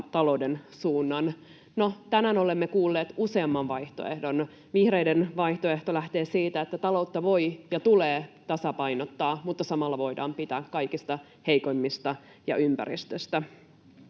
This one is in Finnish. talouden suunnan. No, tänään olemme kuulleet useamman vaihtoehdon. Vihreiden vaihtoehto lähtee siitä, että taloutta voi ja tulee tasapainottaa mutta samalla voidaan pitää huolta kaikista heikoimmista ja ympäristöstä.